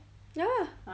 ya lah